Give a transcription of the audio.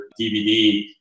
DVD